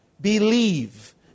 Believe